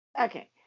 Okay